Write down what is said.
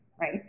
right